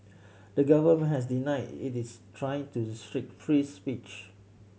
the government has denied it is trying to restrict free speech